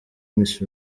miss